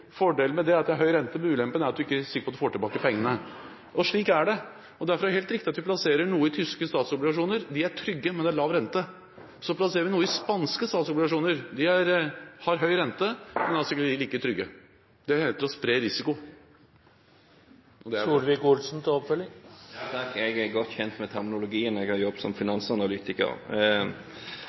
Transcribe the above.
Fordelen med det er at det er høy rente, men ulempen er at det er ikke sikkert at man får tilbake pengene. Slik er det. Det er helt riktig at vi plasserer noe i tyske statsobligasjoner – de er trygge, men det er lav rente. Så plasserer vi noe i spanske statsobligasjoner – de har høy rente, men er altså ikke like trygge. Det heter å spre risiko. Jeg er godt kjent med terminologien, jeg har jobbet som finansanalytiker.